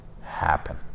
happen